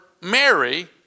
Mary